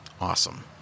awesome